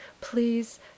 please